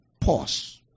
Pause